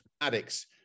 addicts